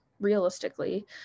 realistically